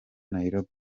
nairobi